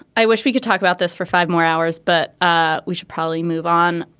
i wish we could talk about this for five more hours but ah we should probably move on.